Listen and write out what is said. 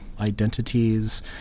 identities